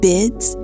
Bids